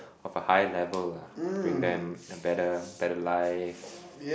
of a higher level lah bring them a better better life